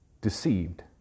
deceived